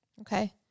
Okay